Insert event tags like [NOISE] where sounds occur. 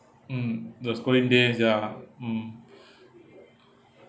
mm the schooling days ya mm [BREATH]